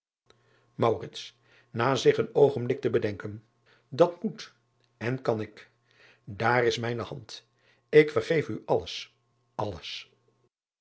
at moet en kan ik daar is mijne hand ik vergeef u alles alles